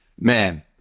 man